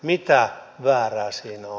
mitä väärää siinä on